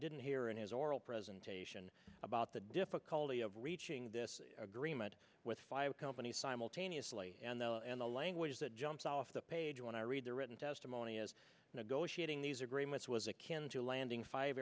didn't hear in his oral presentation about the difficulty of reaching this agreement with five companies simultaneously and though and the language that jumps off the page when i read the written testimony as negotiating these agreements was akin to landing five